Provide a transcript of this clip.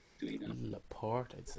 Laporte